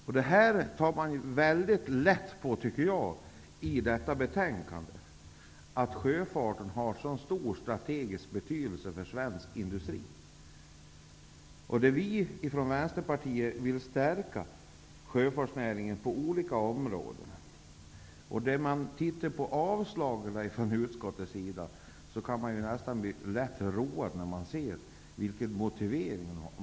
Jag tycker att man i detta betänkande tar mycket lätt på att sjöfarten har en så stor betydelse för svensk industri. Vi i Vänsterpartiet vill stärka sjöfartsnäringen på olika områden. Man kan nästan bli lätt road när man ser utskottets motivering.